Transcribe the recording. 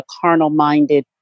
carnal-minded